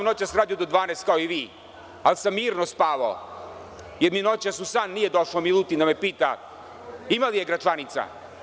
Noćas sam radio do 12 kao i vi, ali sam mirno spavao, jer mi noćas u san nije došao Milutin da me pita – ima li Gračanice?